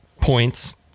points